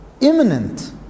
imminent